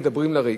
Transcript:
מדברים לריק.